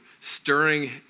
stirring